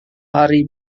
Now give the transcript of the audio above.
hari